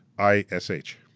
i s h.